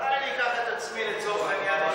אולי אני אקח את עצמי לצורך העניין.